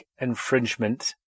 infringement